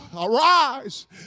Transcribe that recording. Arise